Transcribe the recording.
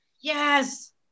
Yes